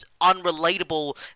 unrelatable